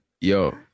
yo